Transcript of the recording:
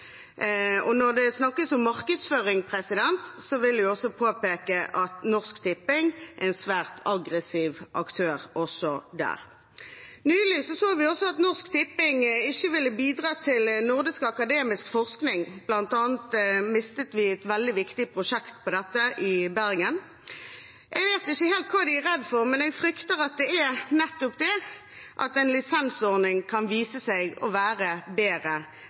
Og når det snakkes om markedsføring, vil jeg påpeke at Norsk Tipping er en svært aggressiv aktør, også der. Nylig så vi at Norsk Tipping ikke ville bidra til nordisk akademisk forskning. Blant annet mistet vi et veldig viktig prosjekt i Bergen. Jeg vet ikke helt hva de er redde for, men jeg frykter det er at en lisensordning kan vise seg å være bedre enn nettopp et monopol. For Fremskrittspartiet er det helt klart at en lisensmodell hadde vært mye bedre